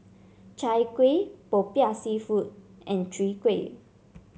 Chai Kuih Popiah seafood and Chwee Kueh